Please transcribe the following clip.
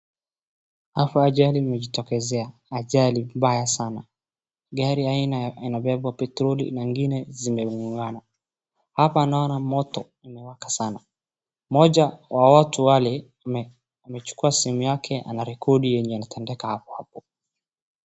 Hapa ajali imejitokezea, ajali mbaya sana. Gari ya aina ya inayobeba petroli na ingine zimegongana. Hapa naona moto imewaka sana. Mmoja wa watu wale, amechukua simu yake anarekodi yenye yanatendeka hapo.